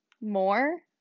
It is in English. more